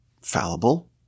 fallible